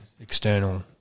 external